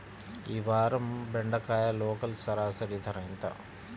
ఈ వారం బెండకాయ లోకల్ సరాసరి ధర ఎంత?